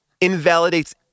invalidates